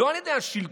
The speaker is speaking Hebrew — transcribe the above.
לא על ידי השלטון,